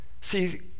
See